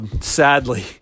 sadly